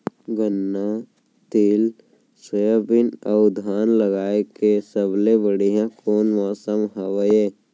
गन्ना, तिल, सोयाबीन अऊ धान उगाए के सबले बढ़िया कोन मौसम हवये?